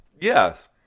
Yes